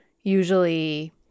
usually